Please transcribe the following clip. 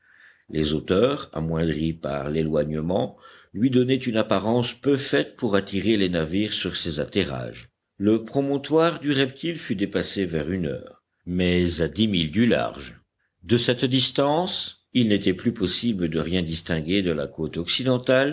les hauteurs amoindries par l'éloignement lui donnaient une apparence peu faite pour attirer les navires sur ses atterrages le promontoire du reptile fut dépassé vers une heure mais à dix milles au large de cette distance il n'était plus possible de rien distinguer de la côte